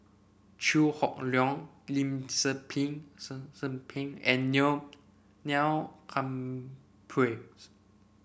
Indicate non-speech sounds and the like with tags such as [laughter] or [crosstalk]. Chew Hock Leong Lim Tze Peng Tze Tze Peng and [unintelligible] Neil Humphreys